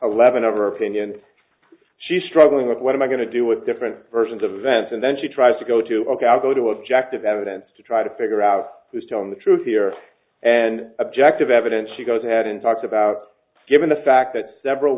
eleven of are opinion she is struggling with what i'm going to do with different versions of events and then she tries to go to ok i'll go to objective evidence to try to figure out who's telling the truth here and objective evidence she goes ahead and talks about given the fact that several